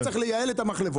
אתה צריך לייעל את המחלבות,